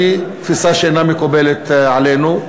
היא תפיסה שאינה מקובלת עלינו.